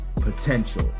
potential